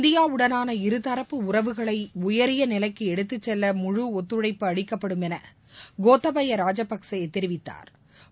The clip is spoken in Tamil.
இந்தியாவுடனான இருதரப்பு உறவுகளை உயரிய நிலைக்கு எடுத்துச் செல்ல முழு ஒத்துழைப்பு அளிக்கப்படும் என கோத்தபய ராஜபக்சே தெரிவித்தாா்